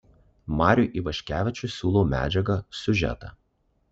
mariui ivaškevičiui siūlau medžiagą siužetą